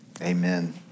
Amen